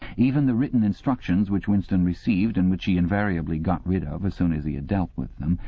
even the written instructions which winston received, and which he invariably got rid of as soon as he had dealt with them,